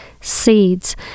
seeds